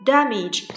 Damage